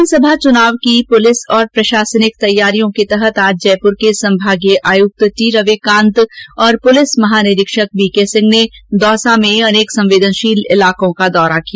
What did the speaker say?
विधानसभा चुनाव की पुलिस और प्रशासनिक तैयारियों के तहत आज जयपुर के संभागीय आयुक्त टी रविकांत और पुलिस महानिरीक्षक वी के सिंह ने दौसा में अनेक संवेदनशील इलाकों का दौरा किया